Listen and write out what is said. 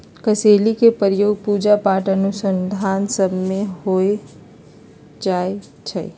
कसेलि के प्रयोग पूजा पाठ अनुष्ठान सभ में सेहो कएल जाइ छइ